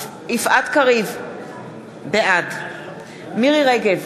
בעד מירי רגב,